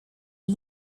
are